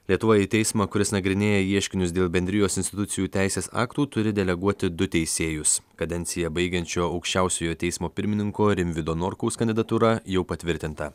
lietuva į teismą kuris nagrinėja ieškinius dėl bendrijos institucijų teisės aktų turi deleguoti du teisėjus kadenciją baigiančio aukščiausiojo teismo pirmininko rimvydo norkaus kandidatūra jau patvirtinta